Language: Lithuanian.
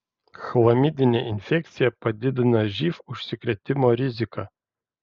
chlamidinė infekcija padidina živ užsikrėtimo riziką